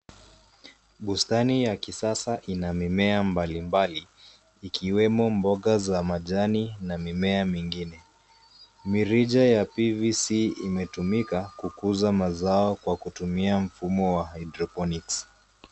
Bustani ya kisasa ina mimea mbalimbali ikiwemo mboga za majani na mimea mingine. Mirija ya PVC imetumika kukuza mazao kwa kutumia mfumo wa hydroponics .